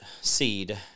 seed